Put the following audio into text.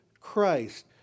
Christ